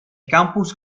campus